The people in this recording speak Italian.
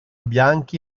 bianchi